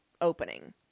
opening